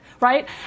right